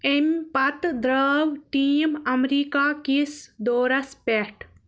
اَمہِ پتہٕ درٛاو ٹیٖم امریکا كِس دورس پٮ۪ٹھ